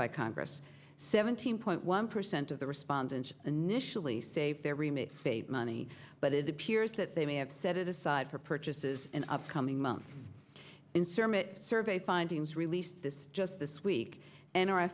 by congress seventeen point one percent of the respondents initially save their remit save money but it appears that they may have set it aside for purchases in upcoming months in sermon survey findings released this just this week and